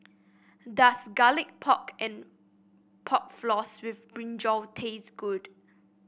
does Garlic Pork and Pork Floss with brinjal taste good